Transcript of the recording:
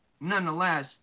nonetheless